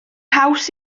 haws